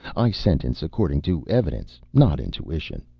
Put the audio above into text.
i sentence according to evidence, not intuition.